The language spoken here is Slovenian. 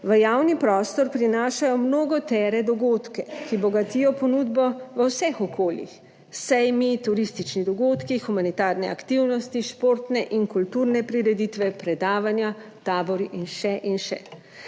v javni prostor prinašajo mnogotere dogodke, ki bogatijo ponudbo v vseh okoljih, sejmi, turistični dogodki, humanitarne aktivnosti, športne in kulturne prireditve, predavanja, tabori in še in še.